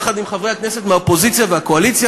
יחד עם חברי הכנסת מהאופוזיציה והקואליציה,